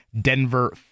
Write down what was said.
Denver